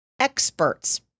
experts